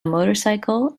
motorcycle